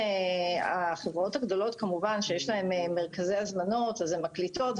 כי לחברות הגדולות כמובן יש מרכזי הזמנות והן מקליטות,